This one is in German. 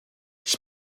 ich